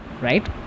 right